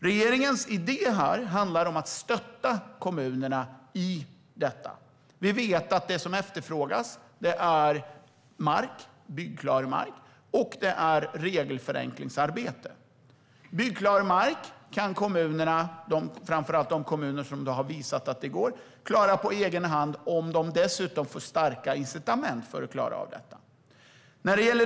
Regeringens idé är att stötta kommunerna i detta. Vi vet att det som efterfrågas är byggklar mark och regelförenklingar. Byggklar mark kan kommunerna - framför allt de kommuner som redan visat att det går - klara på egen hand om de får starka incitament för att klara av det.